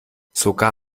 sogar